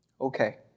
Okay